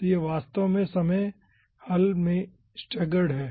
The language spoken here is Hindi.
तो यह वास्तव में समय हल में स्टैगर्ड है